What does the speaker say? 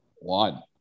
one